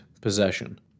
possession